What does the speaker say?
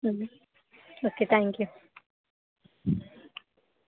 okay thank you